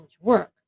work